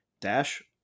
dash